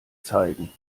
zeigen